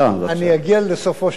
אני אגיע לסופו של דבר.